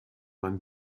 man